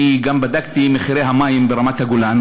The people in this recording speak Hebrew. אני גם בדקתי את מחירי המים ברמת-הגולן,